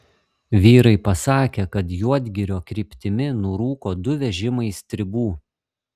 vyrai pasakė kad juodgirio kryptimi nurūko du vežimai stribų